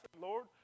Lord